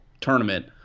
tournament